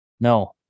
No